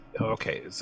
okay